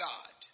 God